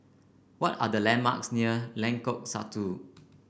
what are the landmarks near Lengkok Satu